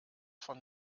von